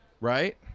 Right